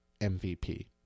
MVP